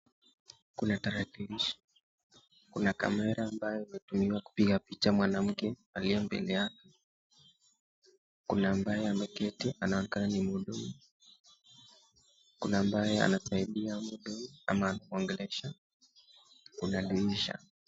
Kuna tarakilishi, kuna kamera ambayo imetumiwa kupiga picha mwanamke aliye mbele yake. Kuna ambaye ameketi anaonekana ni mhudumu, kuna ambaye anasaidia mhudumu ama anaongelesha, kuna dirisha.